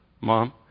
Mom